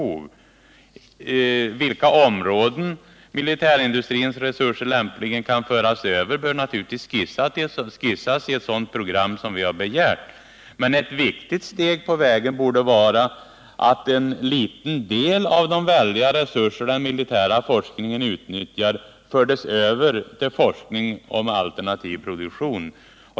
Till vilka områden militärindustrins resurser lämpligen kan föras över bör naturligtvis skissas i ett sådant program som vi har begärt. Men ett viktigt steg på vägen borde vara att en liten del av de väldiga resurser den militära forskningen utnyttjar fördes över till forskning om alternativ produktion.